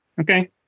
Okay